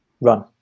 run